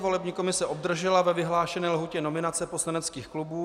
Volební komise obdržela ve vyhlášené lhůtě nominace poslaneckých klubů.